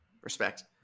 respect